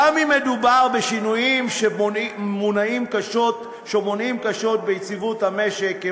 גם אם מדובר בשינויים שפוגעים קשות ביציבות המשק,